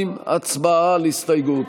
2. הצבעה על הסתייגות.